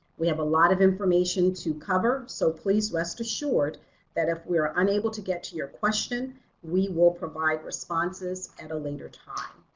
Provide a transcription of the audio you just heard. we have a lot of information to cover so please rest assured that if we are unable to get to your question we will provide responses and under time.